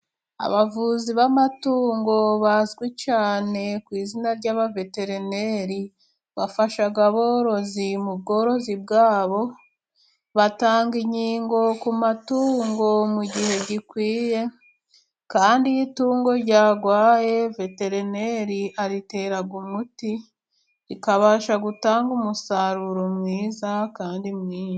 Abavuzi b'amatungo bazwi cyane ku izina ry'abaveterineri bafasha aborozi mu bworozi bwabo, batanga inkingo ku matungo mu gihe gikwiye kandi iyo itungo ryarwaye veterineri aritera umuti rikabasha gutanga umusaruro mwiza kandi mwinshi.